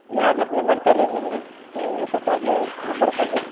ಯಾರು ಸಪ್ಲೈ ಮಾಡ್ತಾರೆ ರೀ ನಿಮ್ಗೆ ನೀವು ಸ್ವಲ್ಪ ಅಡ್ರ ನಂಬರ್ ಕೊಡಿರಿ